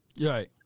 right